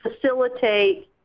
facilitate